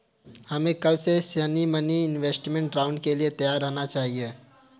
हमें कल के सीड मनी इन्वेस्टमेंट राउंड के लिए तैयार रहना चाहिए